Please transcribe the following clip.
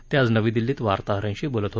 ते आज नवी दिल्लीत वार्ताहरांशी बोलत होते